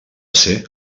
ser